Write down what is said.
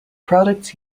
products